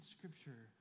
Scripture